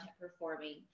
performing